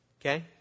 Okay